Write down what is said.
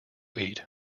eat